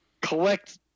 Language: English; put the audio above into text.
collect